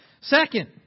Second